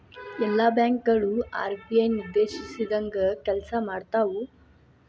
ಎಲ್ಲಾ ಬ್ಯಾಂಕ್ ಗಳು ಆರ್.ಬಿ.ಐ ನಿರ್ದೇಶಿಸಿದಂಗ್ ಕೆಲ್ಸಾಮಾಡ್ತಾವು